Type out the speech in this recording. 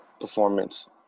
performance